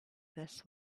this